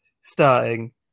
starting